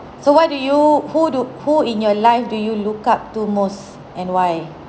so why do you who do who in your life do you look up to most and why